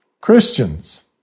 Christians